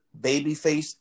babyface